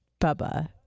Bubba